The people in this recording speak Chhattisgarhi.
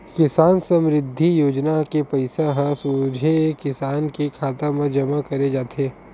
किसान समरिद्धि योजना के पइसा ह सोझे किसान के खाता म जमा करे जाथे